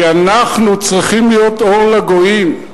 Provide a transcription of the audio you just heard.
כי אנחנו צריכים להיות אור לגויים.